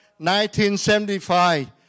1975